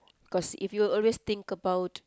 cause if you always think about